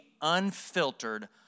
unfiltered